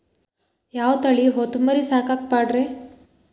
ಯಾವ ತಳಿ ಹೊತಮರಿ ಸಾಕಾಕ ಪಾಡ್ರೇ?